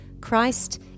Christ